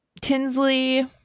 Tinsley